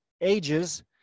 ages